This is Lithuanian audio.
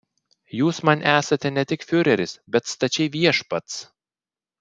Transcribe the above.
jūs man esate ne tik fiureris bet stačiai viešpats